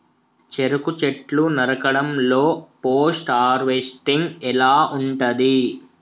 చెరుకు చెట్లు నరకడం లో పోస్ట్ హార్వెస్టింగ్ ఎలా ఉంటది?